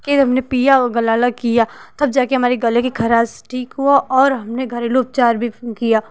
कि हमने पिया होगा लाला किया तब जा कर हमारी गले कि खरास ठीक हुआ और हमने घरेलू उपचार भी किया